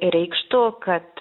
reikštų kad